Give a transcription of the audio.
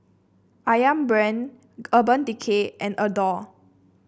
ayam Brand Urban Decay and Adore